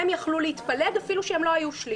הם יכול להתפלג אפילו שהם לא היו שליש.